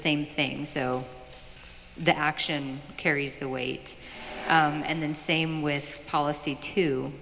same things so the action carries the weight and then same with policy too